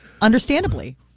Understandably